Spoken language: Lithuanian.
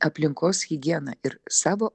aplinkos higiena ir savo